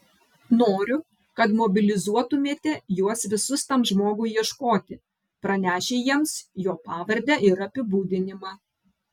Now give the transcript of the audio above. noriu kad mobilizuotumėte juos visus tam žmogui ieškoti pranešę jiems jo pavardę ir apibūdinimą